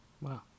wow